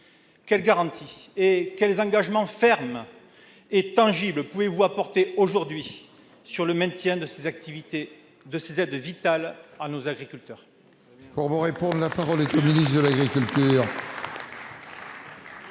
quelles garanties et quels engagements fermes et tangibles pouvez-vous apporter aujourd'hui en ce qui concerne le maintien de ces aides vitales à nos agriculteurs ?